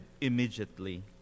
immediately